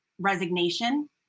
resignation